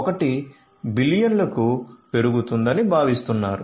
1 బిలియన్లకు పెరుగుతుందని భావిస్తున్నారు